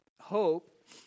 hope